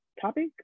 topic